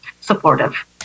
supportive